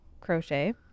crochet